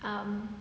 um